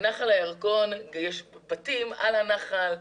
בנחל הירקון יש בתים על הנחל,